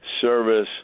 service